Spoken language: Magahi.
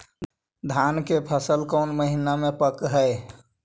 धान के फसल कौन महिना मे पक हैं?